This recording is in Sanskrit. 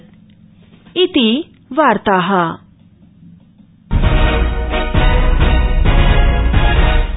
इति वार्ताः